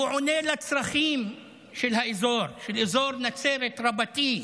הוא עונה על הצרכים של אזור נצרת רבתי.